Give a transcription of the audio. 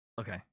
Okay